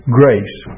grace